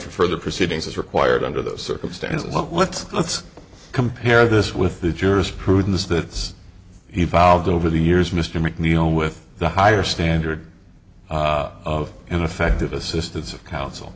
for further proceedings as required under those circumstances let's let's compare this with the jurisprudence that's evolved over the years mr mcneil with the higher standard of and effective assistance of counsel